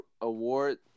award